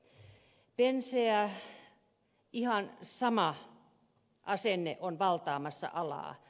penseä ihan sama asenne on valtaamassa alaa